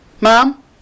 Mom